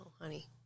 honey